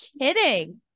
kidding